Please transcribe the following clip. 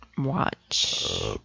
watch